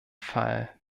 fall